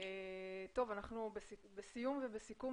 אנחנו בסיום ובסיכום,